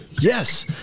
Yes